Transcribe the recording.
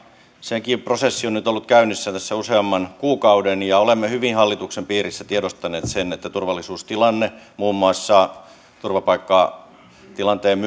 sekin prosessi on nyt ollut käynnissä tässä useamman kuukauden ja olemme hyvin hallituksen piirissä tiedostaneet sen että turvallisuustilanne muun muassa turvapaikkatilanteen